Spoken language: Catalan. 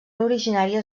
originàries